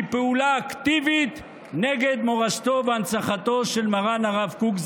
היא פעולה אקטיבית נגד מורשתו והנצחתו של מרן הרב קוק,